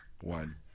One